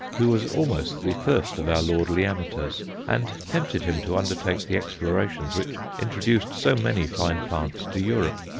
who was almost the first of our lordly amateurs, and tempted him to undertake the explorations which introduced so many fine plants to europe.